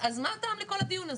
אז מה הטעם לכל הדיון הזה?